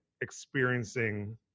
experiencing